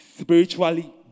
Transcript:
spiritually